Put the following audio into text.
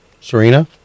Serena